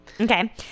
okay